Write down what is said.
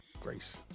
grace